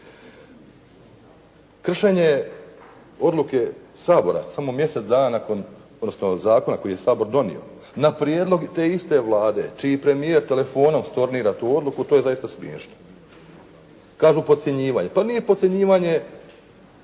Kršenje odluke Sabora samo mjesec dana nakon, odnosno zakona koji je Sabor donio na prijedlog te iste Vlade čiji premijer telefonom stornira tu odluku to je zaista smiješno. Kažu podcjenjivanje, pa nije podcjenjivanje.